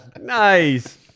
Nice